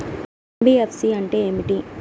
NBFC అంటే ఏమిటి?